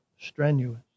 strenuous